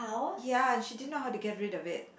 ya she didn't know how to get rid of it